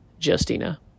Justina